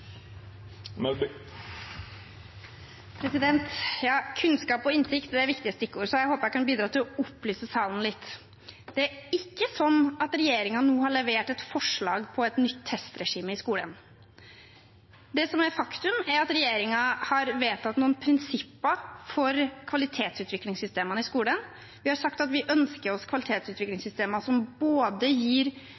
Kunnskap og innsikt er viktige stikkord, så jeg håper jeg kan bidra til å opplyse salen litt: Det er ikke slik at regjeringen nå har levert et forslag om et nytt testregime i skolen. Det som er faktum, er at regjeringen har vedtatt noen prinsipper for kvalitetsutviklingssystemene i skolen. Vi har sagt at vi ønsker oss